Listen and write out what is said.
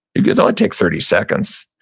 it would only take thirty seconds.